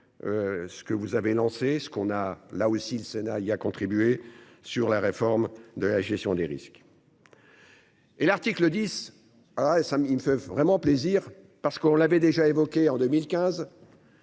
Ce que vous avez lancé ce qu'on a là aussi le Sénat il y a contribué. Sur la réforme de la gestion des risques. Et l'article 10. Ah et ça il me fait vraiment plaisir parce qu'on l'avait déjà évoqué en 2015.